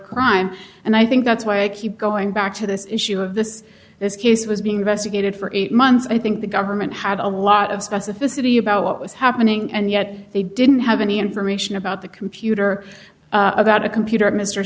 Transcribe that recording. crime and i think that's why i keep going back to this issue of this this case was being investigated for eight months i think the government had a lot of specificity about what was happening and yet they didn't have any information about the computer about a computer of mr